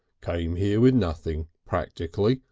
came here with nothing practically,